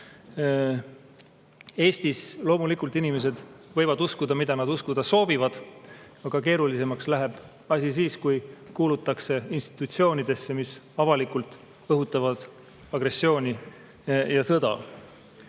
Eestis loomulikult inimesed võivad uskuda, mida nad uskuda soovivad. Aga keerulisemaks läheb asi siis, kui kuulutakse institutsiooni, mis avalikult õhutab agressiooni ja sõda